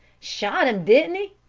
shot him, didn't he?